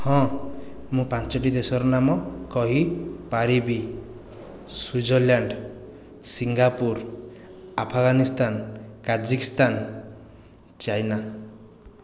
ହଁ ମୁଁ ପାଞ୍ଚଟି ଦେଶର ନାମ କହିପାରିବି Switzerland Singapore Afghanistan Kazakhstan China